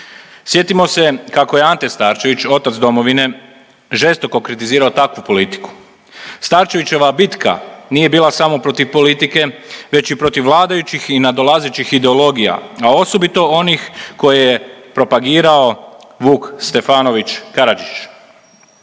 Sjetimo se kako je Ante Starčević otac Domovine žestoko kritizirao takvu politiku. Starčevićeva bitka nije bila samo protiv politike već i protiv vladajućih i nadolazećih ideologija, a osobito onih koje je propagirao Vuk Stefanović Karadžić.